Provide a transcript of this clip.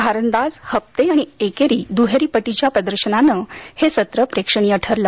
भारंदाज हप्ते आणि एकेरी द्हेरी पटीच्या प्रदर्शनानं हे सत्र प्रेक्षणीय ठरलं